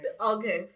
Okay